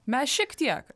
mes šiek tiek